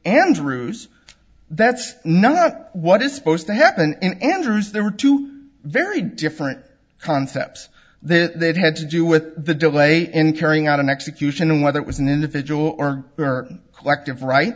andrews that's not what is supposed to happen in andrews there were two very different concepts there'd have to do with the delay in carrying out an execution and whether it was an individual or collective right